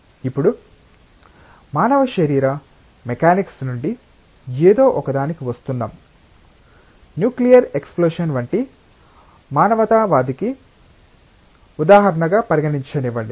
ఇప్పుడు మానవ శరీర మెకానిక్స్ నుండి ఏదో ఒకదానికి వస్తున్నాం న్యూక్లియర్ ఎక్సప్లోషన్ వంటి మానవతావాదానికి ఉదాహరణగా పరిగణించనివ్వండి